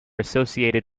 associated